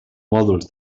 mòduls